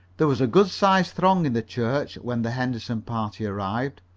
there was a good-sized throng in the church when the henderson party arrived.